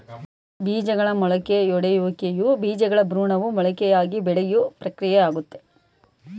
ಬೀಜಗಳ ಮೊಳಕೆಯೊಡೆಯುವಿಕೆಯು ಬೀಜಗಳ ಭ್ರೂಣವು ಮೊಳಕೆಯಾಗಿ ಬೆಳೆಯೋ ಪ್ರಕ್ರಿಯೆಯಾಗಯ್ತೆ